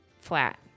flat